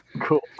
Cool